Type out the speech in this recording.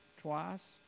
twice